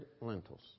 lentils